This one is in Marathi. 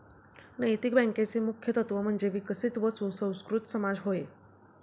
नैतिक बँकेचे मुख्य तत्त्व म्हणजे विकसित व सुसंस्कृत समाज होय